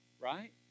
right